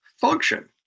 function